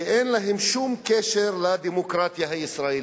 שאין להם שום קשר לדמוקרטיה הישראלית.